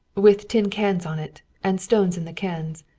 with tin cans on it, and stones in the cans.